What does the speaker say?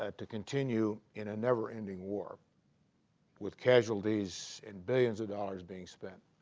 ah to continue in a never-ending war with casualties and billions of dollars being spent